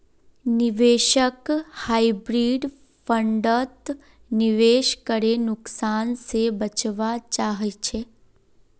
निवेशक हाइब्रिड फण्डत निवेश करे नुकसान से बचवा चाहछे